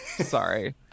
Sorry